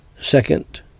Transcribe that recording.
Second